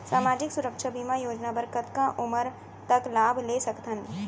सामाजिक सुरक्षा बीमा योजना बर कतका उमर तक लाभ ले सकथन?